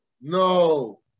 No